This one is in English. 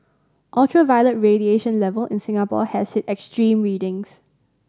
ultraviolet radiation level in Singapore has hit extreme readings